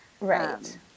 right